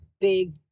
big